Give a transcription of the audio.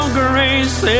grace